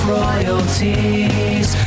royalties